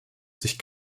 sich